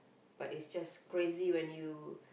but is just craziest when you